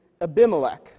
Abimelech